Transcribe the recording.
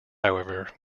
however